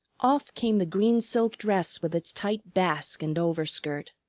off came the green silk dress with its tight basque and overskirt.